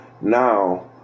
Now